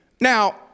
Now